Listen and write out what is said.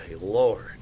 Lord